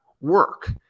work